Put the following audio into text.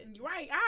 Right